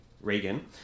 Reagan